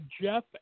Jeff